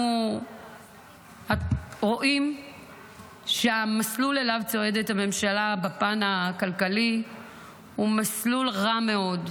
אנחנו רואים שהמסלול שאליו צועדת הממשלה בפן הכלכלי הוא מסלול רע מאוד,